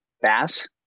Bass